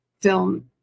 film